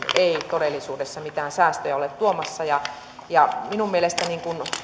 ei todellisuudessa mitään säästöjä ole tuomassa minun mielestäni